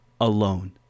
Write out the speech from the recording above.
alone